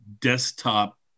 desktop